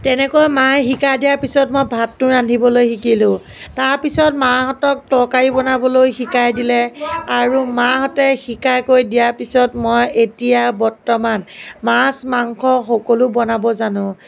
তেনেকৈ মায়ে শিকাই দিয়াৰ পিছত মই ভাতটো ৰান্ধিবলৈ শিকিলোঁ তাৰপিছত মাহঁতক তৰকাৰী বনাবলৈ শিকাই দিলে আৰু মাহঁতে শিকাই কৰি দিয়াৰ পিছত মই এতিয়া বৰ্তমান মাছ মাংস সকলো বনাব জানোঁ